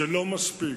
זה לא מספיק.